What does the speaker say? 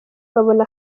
babona